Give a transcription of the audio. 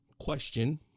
question